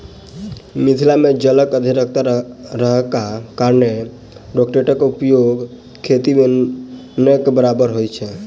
मिथिला मे जलक अधिकता रहलाक कारणेँ रोटेटरक प्रयोग खेती मे नै के बराबर होइत छै